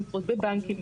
למשרות בבנקים,